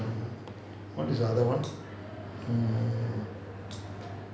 what is the other one mm